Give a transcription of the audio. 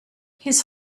his